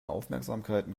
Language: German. aufmerksamkeiten